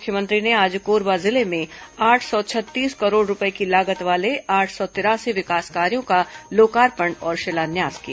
मुख्यमंत्री ने आज कोरबा जिले में आठ सौ छत्तीस करोड़ रूपये की लागत वाले आठ सौ तिरासी विकास कार्यों का लोकार्पण और शिलान्यास किया